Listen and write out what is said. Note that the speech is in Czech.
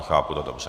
Chápu to dobře?